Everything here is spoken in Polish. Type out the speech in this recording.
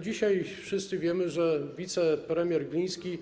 Dzisiaj wszyscy wiemy, że wicepremier Gliński